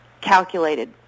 calculated